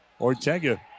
Ortega